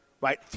right